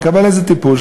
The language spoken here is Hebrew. מקבל איזה טיפול,